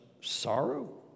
sorrow